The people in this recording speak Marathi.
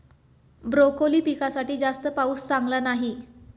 ब्रोकोली पिकासाठी जास्त पाऊस चांगला नाही